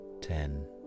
Ten